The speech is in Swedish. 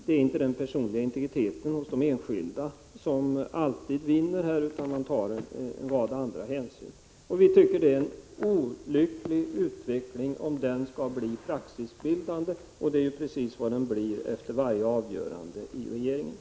Det är inte den personliga integriteten hos de enskilda som alltid vinner här, utan man tar en rad andra hänsyn. Vi tycker att det är olyckligt om denna utveckling skall bli praxisbildande. Det är precis vad den blir efter varje avgörande i regeringen.